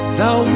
thou